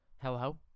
Hello